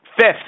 Fifth